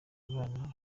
umubano